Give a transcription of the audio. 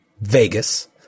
Vegas